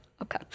Okay